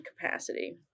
capacity